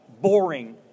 boring